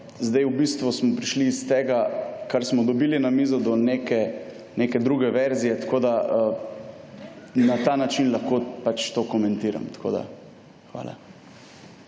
zdaj v bistvu smo prišli iz tega, kar smo dobili na mizo, do neke druge verzije, tako da na ta način lahko pač to komentiram. Hvala.